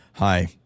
Hi